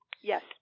Yes